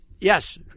yes